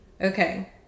Okay